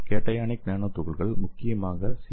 cationic nano துகள்கள் முக்கியமாக C